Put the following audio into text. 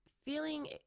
feeling